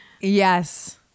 Yes